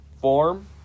form